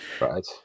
Right